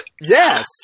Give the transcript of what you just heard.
Yes